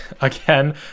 again